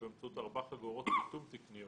באמצעות ארבע חגורות ריתום תקניות.